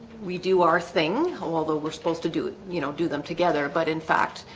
we do our thing. although we're supposed to do it, you know do them together but in fact,